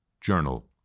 journal